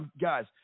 Guys